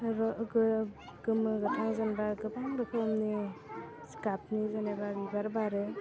र' गोमो गोथां जेनेबा गोबां रोखोमनि जि गाबनि जेनेबा बिबार बारो